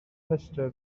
rhestr